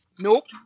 Nope